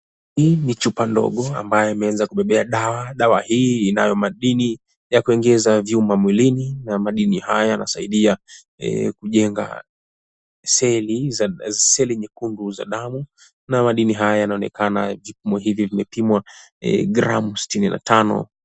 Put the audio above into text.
Hii ni chupa ndogo ambayo imeweza kubebea dawa. Dawa hii inayo madini ya kuingiza vyuma mwili, na madini haya yanasaidia kujenga seli nyekundu za damu. Na madini haya yanaonekana vipimo ℎ𝑖𝑣𝑖 vimepimwa gramu 65.